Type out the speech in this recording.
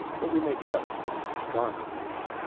but we may guess there was a stronger reason,